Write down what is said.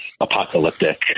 apocalyptic